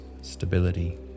stability